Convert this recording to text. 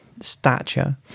stature